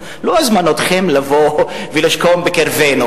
לקבוע את העיקרון.